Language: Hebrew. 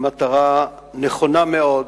היא מטרה נכונה מאוד.